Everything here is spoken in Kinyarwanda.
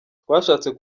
twashatse